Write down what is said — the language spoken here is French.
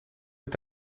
est